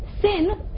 Sin